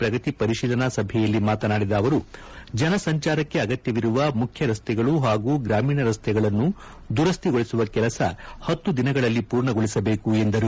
ಪ್ರಗತಿ ಪರಿಶೀಲನಾ ಸಭೆಯಲ್ಲಿ ಮಾತನಾಡಿದ ಅವರು ಜನಸಂಚಾರಕ್ಷೆ ಅಗತ್ಯವಿರುವ ಮುಖ್ಯ ರಸ್ತೆಗಳು ಹಾಗೂ ಗ್ರಾಮೀಣ ರಸ್ತೆಗಳನ್ನು ದುರಸ್ತಿಗೊಳಿಸುವ ಕೆಲಸ ಹತ್ತು ದಿನಗಳಲ್ಲಿ ಪೂರ್ಣಗೊಳಿಸಬೇಕು ಎಂದರು